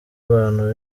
abantu